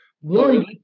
One